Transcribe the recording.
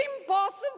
impossible